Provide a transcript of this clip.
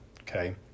okay